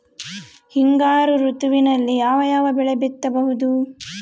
ಹಿಂಗಾರು ಋತುವಿನಲ್ಲಿ ಯಾವ ಯಾವ ಬೆಳೆ ಬಿತ್ತಬಹುದು?